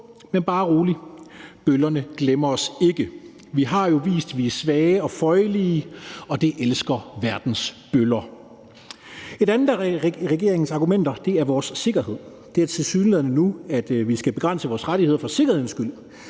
Men bare rolig; bøllerne glemmer os ikke. Vi har jo vist, at vi er svage og føjelige, og det elsker verdens bøller. Et andet af regeringens argumenter er vores sikkerhed. Det er tilsyneladende nu, at vi skal begrænse vores rettigheder for sikkerhedens skyld,